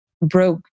broke